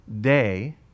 day